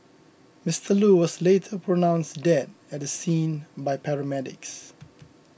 Mister Loo was later pronounced dead at the scene by paramedics